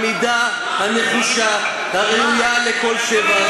על העמידה הנחושה והראויה לכל שבח,